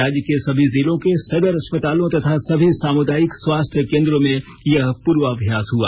राज्य के सभी जिलों के सदर अस्पतालों तथा सभी सामुदायिक स्वास्थ्य केंद्रों में यह पूर्वाभ्यास हुआ